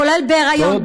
כולל בהיריון,